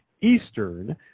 Eastern